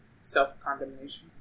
self-condemnation